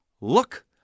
Look